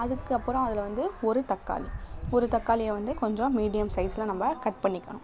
அதுக்கப்புறம் அதில் வந்து ஒரு தக்காளி ஒரு தக்காளியை வந்து கொஞ்சம் மீடியம் சைஸில் நம்ப கட் பண்ணிக்கணும்